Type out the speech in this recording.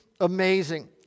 amazing